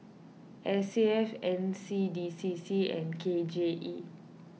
S A F N C D C C and K J E